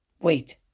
wait